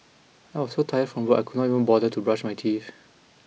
I was so tired from work I could not even bother to brush my teeth